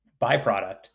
byproduct